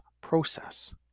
process